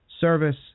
service